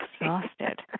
exhausted